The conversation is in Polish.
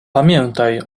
pamiętaj